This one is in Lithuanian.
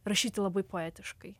rašyti labai poetiškai